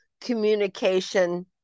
communication